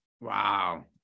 Wow